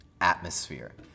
atmosphere